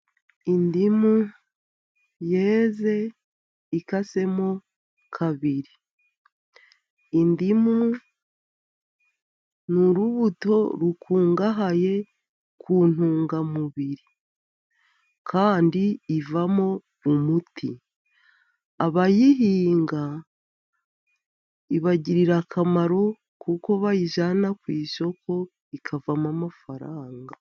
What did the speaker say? Indimu yeze ikasemo kabiri, indimu ni urubuto rukungahaye ku ntungamubiri, kandi ivamo imiti, abayihinga ibagirira akamaro, kuko bayijyana ku isoko ikavamo amafaranga.